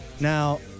Now